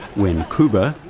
when kuba,